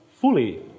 fully